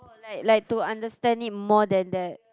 oh like like to understand it more than that